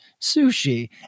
sushi